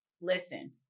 listen